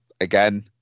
again